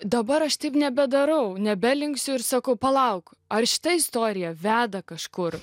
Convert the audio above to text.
dabar aš taip nebedarau nebelinksiu ir sakau palauk ar šita istorija veda kažkur